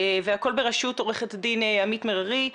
והכל ברשות עו"ד עמית מררי,